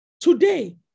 today